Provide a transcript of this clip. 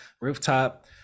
rooftop